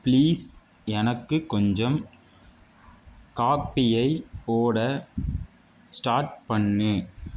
please எனக்கு கொஞ்சம் காபியை போட ஸ்டார்ட் பண்ணு